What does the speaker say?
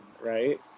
right